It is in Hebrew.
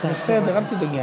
אל תדאגי,